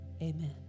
Amen